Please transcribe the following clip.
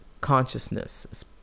consciousness